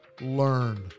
learn